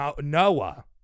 Noah